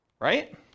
right